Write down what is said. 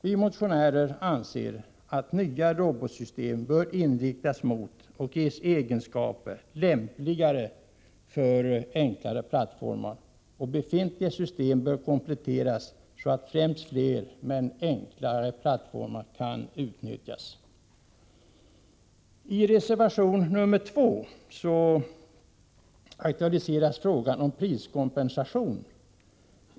Vi motionärer anser att nya robotsystem bör inriktas mot och ges egenskaper som är lämpliga för enklare plattformar och att befintliga system bör kompletteras, så att främst fler men enklare plattformar kan utnyttjas. I reservation 2 aktualiseras frågan om priskompensation.